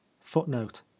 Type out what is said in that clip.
footnote